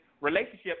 relationship